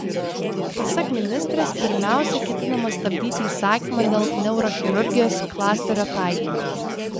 pasak ministrės pirmiausia ketinama stabdyti įsakymą dėl neurochirurgijos klasterio taikymo